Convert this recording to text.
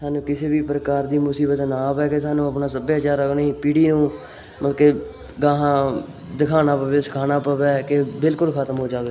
ਸਾਨੂੰ ਕਿਸੇ ਵੀ ਪ੍ਰਕਾਰ ਦੀ ਮੁਸੀਬਤ ਨਾ ਪੈ ਕੇ ਸਾਨੂੰ ਆਪਣਾ ਸੱਭਿਆਚਾਰ ਆਪਣੀ ਪੀੜ੍ਹੀ ਨੂੰ ਮਤਲਬ ਕਿ ਗਾਹਾਂ ਦਿਖਾਉਣਾ ਪਵੇ ਸਿਖਾਉਣਾ ਪਵੇ ਕਿ ਬਿਲਕੁਲ ਖਤਮ ਹੋ ਜਾਵੇ